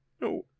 No